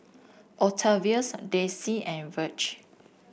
Octavius Daisye and Virge